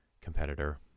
competitor